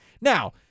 Now